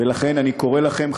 ולכן אני קורא לכם,